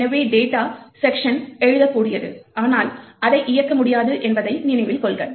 எனவே data section எழுதக்கூடியது ஆனால் அதை இயக்க முடியாது என்பதை நினைவில் கொள்க